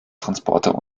transporter